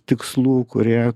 tikslų kurie